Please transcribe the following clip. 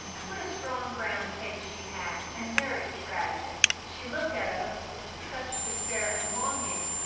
what a strong brown face she had, and very tragic. she looked at us with such despair and longing,